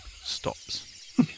stops